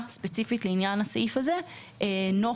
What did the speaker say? לעניין הסעיף הזה מוצע ספציפית,